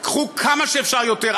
קחו כמה שאפשר יותר,